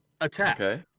attack